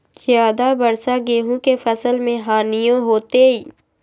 ज्यादा वर्षा गेंहू के फसल मे हानियों होतेई?